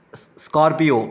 ஸ் ஸ்கார்பியோ